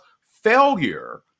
failure